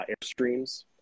airstreams